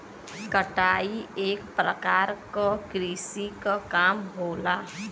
कटाई एक परकार क कृषि क काम होला